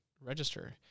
register